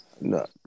No